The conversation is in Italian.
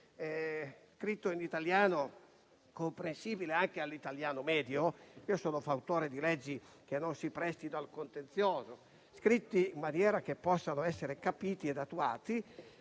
scritto in un italiano comprensibile anche all'italiano medio; io sono fautore di leggi che non si prestino al contenzioso, scritte in maniera che possano essere capite e attuate.